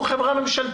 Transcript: זאת חברה ממשלתית.